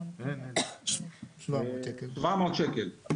700 שקלים.